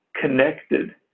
connected